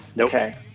okay